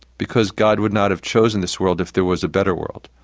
because god would not have chosen this world if there was a better world.